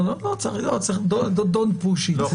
לא, לא, don't push it.